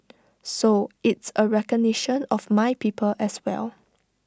so it's A recognition of my people as well